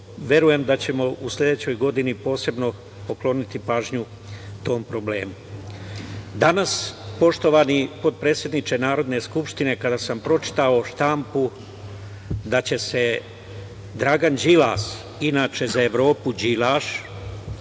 Verujem da ćemo u sledećoj godini posebno pokloniti pažnju tom problemu. Danas, poštovani potpredsedniče Narodne skupštine, kada sam pročitao štampu da će se Dragan Đilas, inače za Evropu Đilaš,